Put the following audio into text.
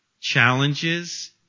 challenges